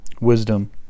Wisdom